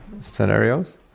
Scenarios